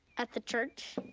at the church?